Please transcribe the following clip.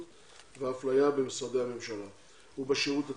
ואפליה במשרדי הממשלה ובשירות הציבורי.